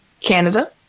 Canada